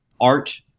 art